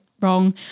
wrong